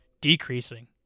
decreasing